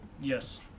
Yes